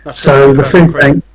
so the food bank